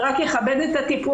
זה רק יכבד יותר הטיפול.